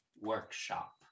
workshop